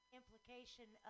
implication